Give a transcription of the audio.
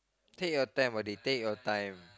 take your time buddy take your time